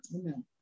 Amen